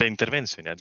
be intervencijų netgi